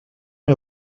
est